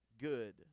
good